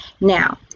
Now